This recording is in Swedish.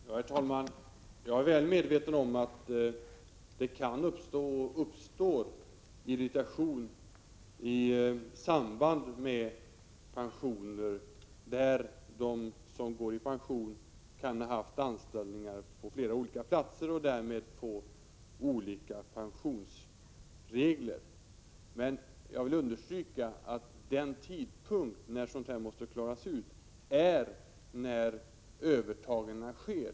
Herr talman! Jag är väl medveten om att det kan uppstå och uppstår irritation i samband med pensioner där de som går i pension kan ha haft anställning på flera olika platser och därmed får olika pensionsregler. Jag vill understryka att sådana här frågor måste klaras ut vid den tidpunkt när övertagandet sker.